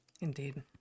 Indeed